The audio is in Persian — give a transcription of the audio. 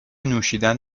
نوشیدن